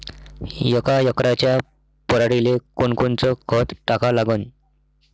यका एकराच्या पराटीले कोनकोनचं खत टाका लागन?